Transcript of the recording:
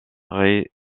réaux